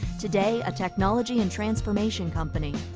today a technology and transformation company.